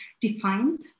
defined